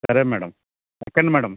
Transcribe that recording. సరే మ్యాడమ్ ఎక్కండి మ్యాడమ్